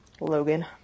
logan